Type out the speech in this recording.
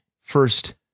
first